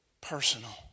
personal